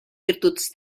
virtuts